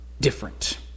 different